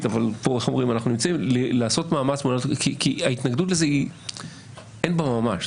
אבל אני מבקש לעשות מאמץ כי בהתנגדות לזה אין ממש.